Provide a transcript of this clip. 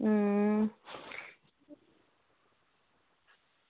अं